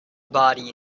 body